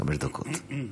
חמש דקות.